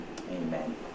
Amen